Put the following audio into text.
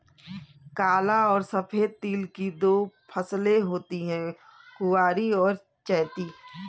काला और सफेद तिल की दो फसलें होती है कुवारी और चैती